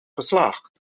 geslaagd